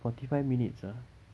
forty five minutes ah